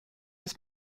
was